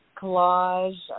collage